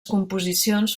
composicions